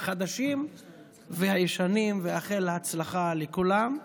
החדשים והישנים ולאחל הצלחה לכולם,